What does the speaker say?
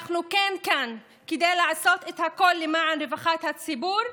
אנחנו כאן כדי לעשות את הכול למען רווחת הציבור,